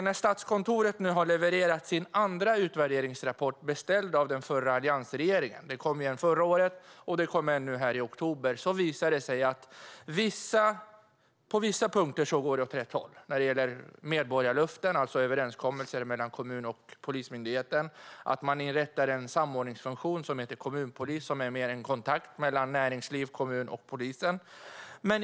När Statskontoret nu har levererat sin andra utvärderingsrapport beställd av den förra alliansregeringen - det kom en förra året och en nu i oktober - visar det sig att det på vissa punkter går åt rätt håll. Det gäller till exempel medborgarlöften, alltså överenskommelser mellan kommun och Polismyndigheten, och att man inrättar samordningsfunktionen kommunpolis, som mer är en kontakt mellan näringsliv, kommunen och polisen.